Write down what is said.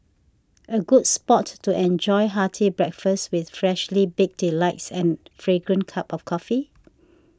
a good spot to enjoy hearty breakfast with freshly baked delights and fragrant cup of coffee